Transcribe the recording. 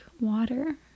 water